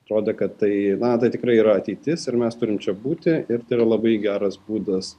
atrodė kad tai na tai tikrai yra ateitis ir mes turim čia būti ir tai yra labai geras būdas